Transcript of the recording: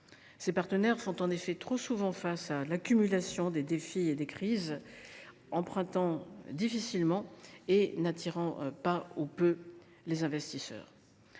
Ces partenaires font en effet trop souvent face à l’accumulation des défis et des crises, ayant difficilement accès à l’emprunt et n’attirant pas ou peu les investisseurs.